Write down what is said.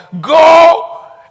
Go